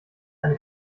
eine